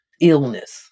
illness